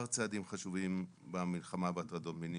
צעדים חשובים במלחמה בהטרדות המיניות,